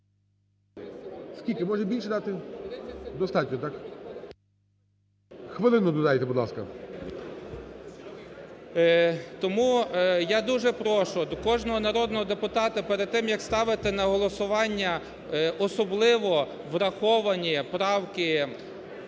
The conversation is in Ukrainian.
Скільки, може, більше дати? Достатньо, так? Хвилину додайте, будь ласка. ПІДЛІСЕЦЬКИЙ Л.Т. Тому я дуже прошу кожного народного депутата перед тим, як ставити на голосування, особливо враховані правки